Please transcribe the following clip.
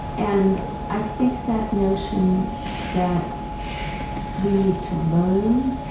and i think that notion that we need to learn,